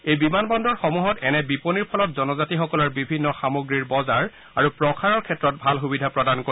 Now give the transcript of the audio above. এই বিমানবন্দৰসমূহত এনে বিপনীৰ ফলত জনজাতিসকলৰ বিভিন্ন সামগ্ৰীৰ বজাৰ আৰু প্ৰসাৰৰ ক্ষেত্ৰত ভাল সুবিধা প্ৰদান কৰিব